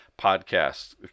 Podcasts